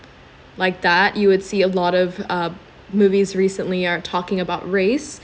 like that you would see a lot of uh movies recently are talking about race